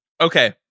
Okay